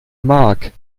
mark